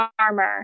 armor